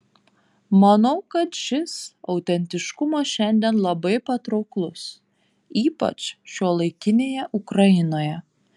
manau kad šis autentiškumas šiandien labai patrauklus ypač šiuolaikinėje ukrainoje